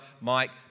Mike